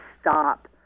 stop